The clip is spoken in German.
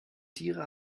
tiere